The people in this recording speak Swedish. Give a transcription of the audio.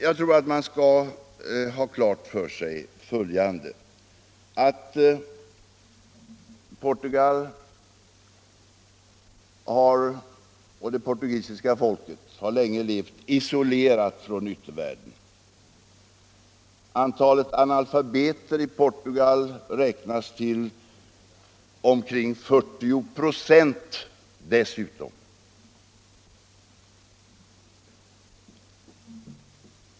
Jag tror att man skall ha klart för sig att det portugisiska folket länge har levt isolerat från yttervärlden och dessutom att andelen analfabeter i Portugal räknas till omkring 40 96.